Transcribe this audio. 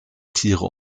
tiere